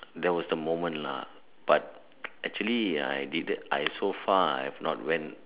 there was the moment lah but actually I didn't I so far have not went